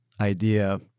idea